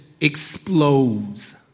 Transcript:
explodes